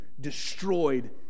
destroyed